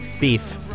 Beef